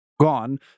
Gone